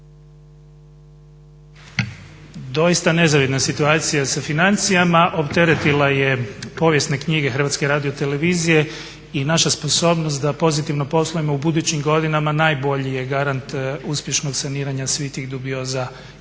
Doista nezavidna situacija sa financijama opteretila je povijesne knjige Hrvatske radio televizije i naša sposobnost da pozitivno poslujemo u budućim godinama najbolji je garant uspješnog saniranja svih tih dubioza